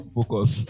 Focus